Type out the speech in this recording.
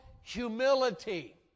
Humility